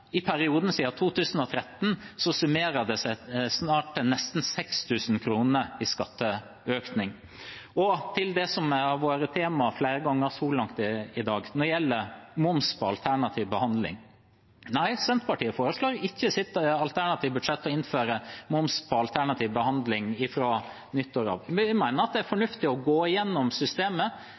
I perioden siden 2013 summerer det seg snart til nesten 6 000 kr i skatteøkning. Så til det som har vært tema flere ganger så langt i dag når det gjelder moms på alternativ behandling: Nei, Senterpartiet foreslår ikke i sitt alternative budsjett å innføre moms på alternativ behandling fra nyttår av. Vi mener at det er fornuftig å gå igjennom systemet